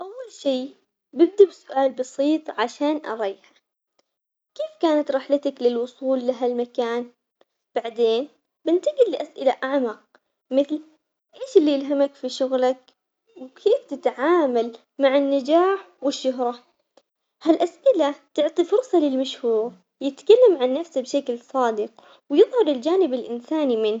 أول شي ببدا بسؤال بسيط عشان أريحه، كيف كانت رحلتك للوصول لهالمكان؟ بعدين بنتقل لأسئلة أعمق مثل إيش اللي يلهمك في شغلك؟ وكيف تتعامل مع النجاح والشهرة؟ هالأسئلة تعطي فرصة للمشهور يتكلم عن نفسه بشكل صادق، ويظهر الجانب الإنساني منه.